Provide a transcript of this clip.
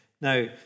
Now